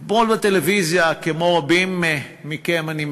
אתמול, כמו רבים מכם, אני מניח,